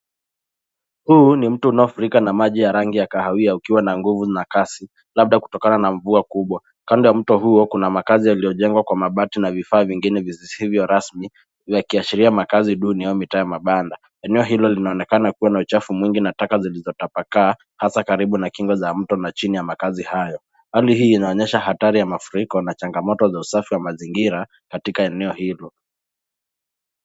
Huu ni mtu unao furika na maji ya rangi ya kahawia ukiwa na nguvu na kasi labda kutokana na mvua kubwa ,kando ya mto huo kuna makazi yaliyojengwa kwa mabati na vifaa vingine visivyo rasmi vya kiashiria makazi duni au mitaa ya mabanda, eneo hilo linaonekana kuwa na uchafu mwingi na taka zilitapakaa hasa karibu na kingo za mto na chini ya makazi hayo ,hali hii inaonyesha hatari ya mafuriko na changamoto za usafi wa mazingira katika eneo hilo.